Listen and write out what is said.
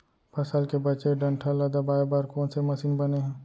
फसल के बचे डंठल ल दबाये बर कोन से मशीन बने हे?